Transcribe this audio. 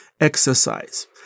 exercise